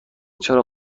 چراغ